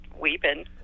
weeping